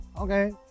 Okay